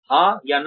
हाँ या ना